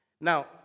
Now